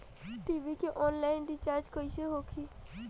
TV के online recharge कैसे होखी?